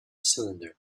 cylinder